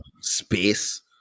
Space